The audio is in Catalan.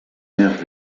més